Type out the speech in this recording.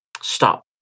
stop